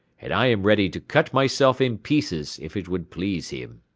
and i am ready to cut myself in pieces if it would please him.